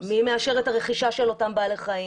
מי מאשר את הרכישה של אותם בעלי חיים,